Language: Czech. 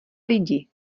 lidi